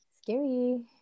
scary